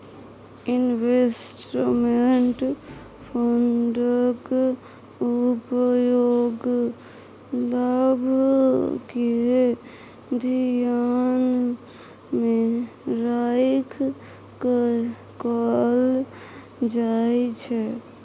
investment फंडक उपयोग लाभ केँ धियान मे राइख कय कअल जाइ छै